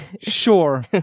Sure